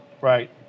Right